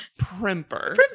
Primper